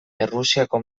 errusiako